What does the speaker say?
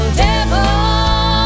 devil